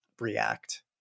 React